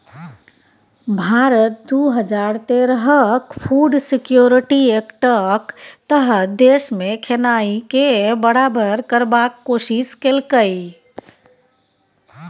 भारत दु हजार तेरहक फुड सिक्योरिटी एक्टक तहत देशमे खेनाइ केँ बराबर करबाक कोशिश केलकै